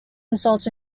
insults